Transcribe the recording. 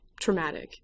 traumatic